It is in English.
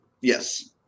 Yes